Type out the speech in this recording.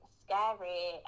scary